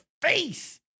face